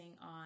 on